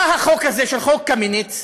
בא החוק הזה, "חוק קמיניץ",